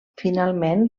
finalment